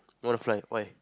wanna fly why